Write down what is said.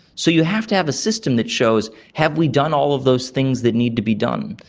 so you have to have a system that shows have we done all of those things that need to be done.